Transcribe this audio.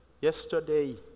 yesterday